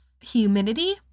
humidity